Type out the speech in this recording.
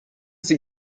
sie